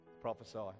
prophesy